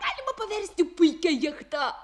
galima paversti puikia jachta